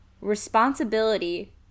responsibility